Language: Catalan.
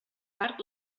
part